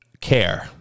care